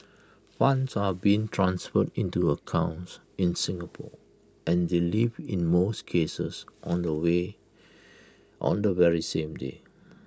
funds are being transferred into accounts in Singapore and they leave in most cases on the way on the very same day